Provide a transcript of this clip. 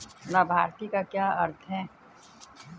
लाभार्थी का क्या अर्थ है?